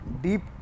deep